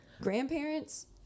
Grandparents